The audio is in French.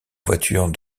voiture